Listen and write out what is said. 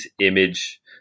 image